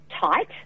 tight